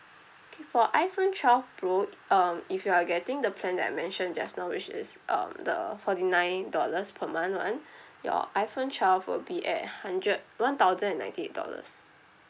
okay for iPhone twelve pro um if you are getting the plan that I mention just now which is um the forty nine dollars per month [one] your iPhone twelve will be at hundred one thousand and ninety eight dollars